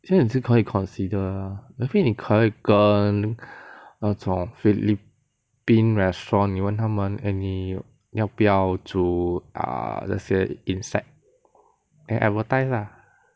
这样也是可以 consider ah actually 你可以跟那种 philippines restaurant 你问他们 eh 你要不要煮 err 这些 insect then advertise lah